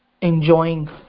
enjoying